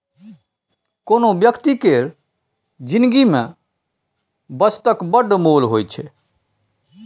कोनो बेकती केर जिनगी मे बचतक बड़ मोल होइ छै